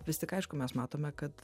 vis tik aišku mes matome kad